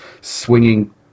swinging